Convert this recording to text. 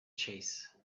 chase